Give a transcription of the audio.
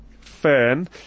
fan